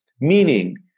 Meaning